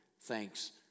thanks